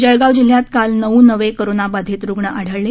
जळगाव जिल्ह्यात काल नऊ नवे कोरोनाबाधित रुग्ण आढळले